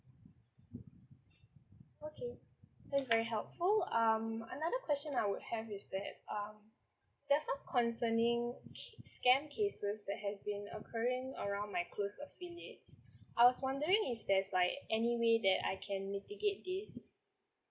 okay that's very helpful um another question I would have is that um there're some concerning which is scam cases that has been occurring around my close affiliates I was wondering if there's like any way that I can mitigate this